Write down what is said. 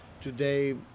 Today